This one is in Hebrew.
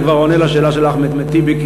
אני כבר עונה על השאלה של אחמד טיבי,